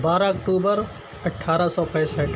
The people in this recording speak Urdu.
بارہ اکتوبر اٹھارہ سو پینسٹھ